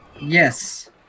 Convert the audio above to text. yes